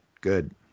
Good